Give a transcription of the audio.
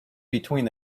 between